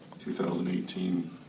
2018